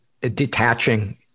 detaching